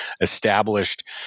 established